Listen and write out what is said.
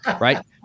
right